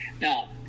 now